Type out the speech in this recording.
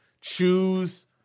Choose